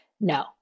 No